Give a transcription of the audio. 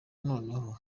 noneho